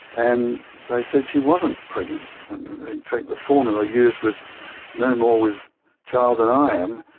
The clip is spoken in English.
and they said she wasn't pregnant, and in fact the formula used was no more with child than i am,